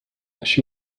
she